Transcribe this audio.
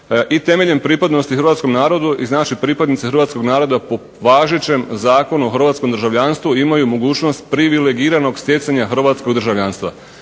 i temeljem pripadnosti hrvatskom narodu … /Govornik se ne razumije./… hrvatskog naroda po važećem Zakonu o hrvatskom državljanstvu imaju mogućnost privilegiranog stjecanja hrvatskog državljanstva.